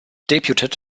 debuted